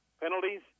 penalties